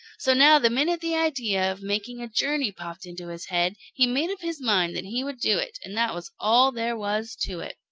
so now the minute the idea of making a journey popped into his head, he made up his mind that he would do it, and that was all there was to it.